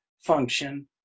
function